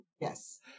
yes